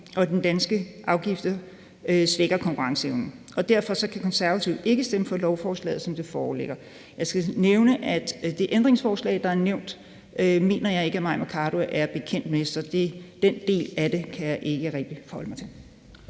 for den danske afgift svækker konkurrenceevnen. Derfor kan Konservative ikke stemme for lovforslaget, som det foreligger. Jeg skal nævne, at jeg ikke mener, at Mai Mercado er bekendt med det ændringsforslag, der er nævnt, så den del af det kan jeg ikke rigtig forholde mig til.